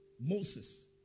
Moses